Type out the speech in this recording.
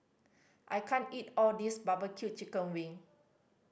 I can't eat all this barbecue chicken wing